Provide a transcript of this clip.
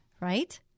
Right